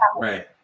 Right